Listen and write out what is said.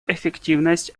эффективность